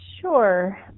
Sure